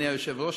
אדוני היושב-ראש,